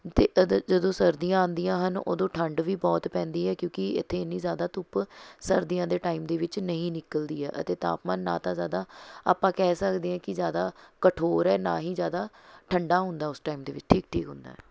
ਅਤੇ ਇੱਧਰ ਜਦੋਂ ਸਰਦੀਆਂ ਆਉਂਦੀਆਂ ਹਨ ਉਦੋਂ ਠੰਡ ਵੀ ਬਹੁਤ ਪੈਂਦੀ ਹੈ ਕਿਉਂਕਿ ਇੱਥੇ ਇੰਨੀ ਜ਼ਿਆਦਾ ਧੁੱਪ ਸਰਦੀਆਂ ਦੇ ਟਾਈਮ ਦੇ ਵਿੱਚ ਨਹੀਂ ਨਿਕਲਦੀ ਹੈ ਅਤੇ ਤਾਪਮਾਨ ਨਾ ਤਾਂ ਜ਼ਿਆਦਾ ਆਪਾਂ ਕਹਿ ਸਕਦੇ ਹਾਂ ਕਿ ਜ਼ਿਆਦਾ ਕਠੋਰ ਹੈ ਨਾ ਹੀ ਜ਼ਿਆਦਾ ਠੰਡਾ ਹੁੰਦਾ ਉਸ ਟਾਈਮ ਦੇ ਵਿੱਚ ਠੀਕ ਠੀਕ ਹੁੰਦਾ ਹੈ